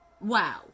Wow